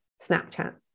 snapchat